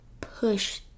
push